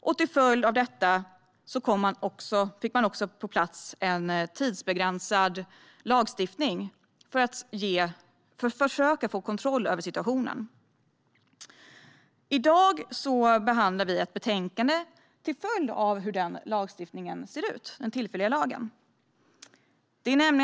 Som en följd av detta fick man på plats en tidsbegränsad lagstiftning för att försöka få kontroll över situationen. I dag behandlar vi ett betänkande till följd av hur denna tillfälliga lagstiftning ser ut.